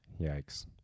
Yikes